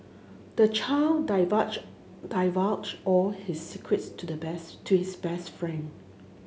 the child divulged divulged all his secrets to the best to his best friend